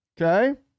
Okay